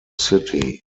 city